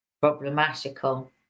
problematical